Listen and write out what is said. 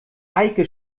eike